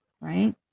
right